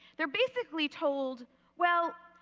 they are basically told well,